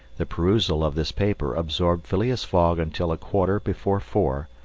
the perusal of this paper absorbed phileas fogg until a quarter before four,